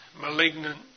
malignant